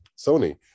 sony